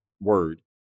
word